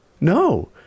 no